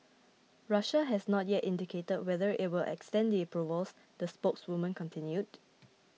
Russia has not yet indicated whether it will extend the approvals the spokeswoman continued